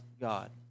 God